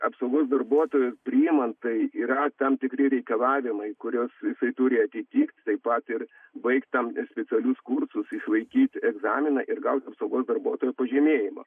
apsaugos darbuotojui priimant tai yra tam tikri reikalavimai kuriuos jisai turi atitikt taip pat ir baigt tam ir specialius kursus išlaikyt egzaminą ir gaut saugos darbuotojo pažymėjimą